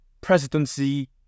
presidency